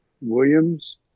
Williams